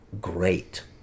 great